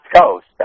Coast